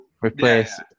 replace